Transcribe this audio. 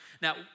Now